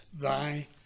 thy